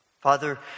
Father